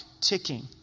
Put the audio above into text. ticking